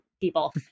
people